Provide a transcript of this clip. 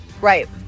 Right